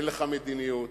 אין לך מדיניות